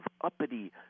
uppity